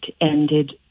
ended